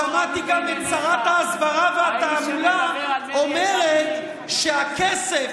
שמעתי גם את שרת ההסברה והתעמולה אומרת שהכסף